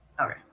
Okay